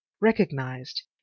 recognized